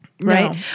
Right